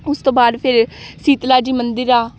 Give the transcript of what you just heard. ਉਸ ਤੋਂ ਬਾਅਦ ਫਿਰ ਸੀਤਲਾ ਜੀ ਮੰਦਰ ਆ